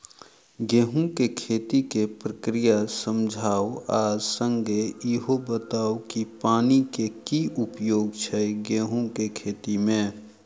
गेंहूँ केँ खेती केँ प्रक्रिया समझाउ आ संगे ईहो बताउ की पानि केँ की उपयोग छै गेंहूँ केँ खेती में?